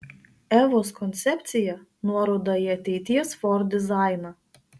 evos koncepcija nuoroda į ateities ford dizainą